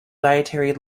dietary